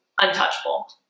untouchable